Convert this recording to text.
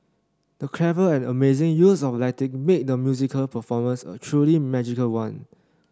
the clever and amazing use of lighting made the musical performance a truly magical one